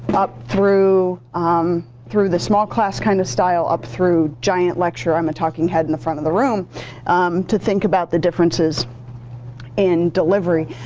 up through um through the small class kind of style up through giant lecture, i'm a talking head in the front of the room to think about the differences in delivery.